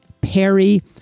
Perry